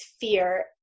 fear